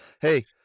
hey